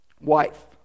wife